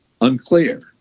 Unclear